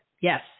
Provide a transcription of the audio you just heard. Yes